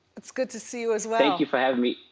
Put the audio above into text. it's good to see you as well. thank you for having me.